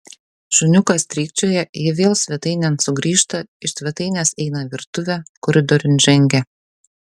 šuniukas strykčioja jie vėl svetainėn sugrįžta iš svetainės eina į virtuvę koridoriun žengia